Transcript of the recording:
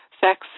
sex